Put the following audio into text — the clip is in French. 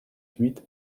huit